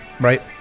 right